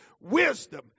wisdom